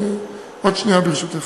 עוד שנייה, ברשותך.